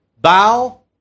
Bow